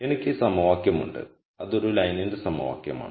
എനിക്ക് ഈ സമവാക്യം ഉണ്ട് അത് ഒരു ലൈനിന്റെ സമവാക്യമാണ്